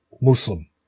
Muslim